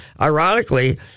ironically